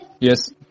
Yes